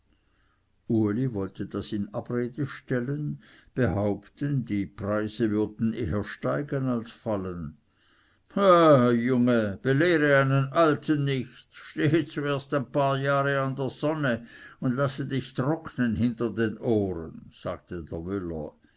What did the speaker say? uli wollte das in abrede stellen behaupten die preise würden eher steigen als fallen pah pah junge belehre einen alten nicht stehe zuerst ein paar jahre an der sonne und lasse dich trocknen hinter den ohren sagte